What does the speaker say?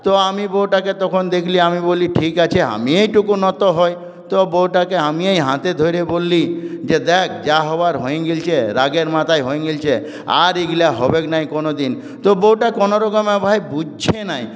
তো আমি বউটাকে তখন দেখলি আমি বলি ঠিক আছে আমি এইটুকু নত হই তো বউটাকে হামি এই হাতে ধরে বলি যে দেখ যা হবার হইয়ে গেইলচে রাগের মাতায় হইয়ে গেইলচে আর এগুলাক হবেক লাই কোন দিন তো বউটা কোন রকমে ভাই বুজছে নাই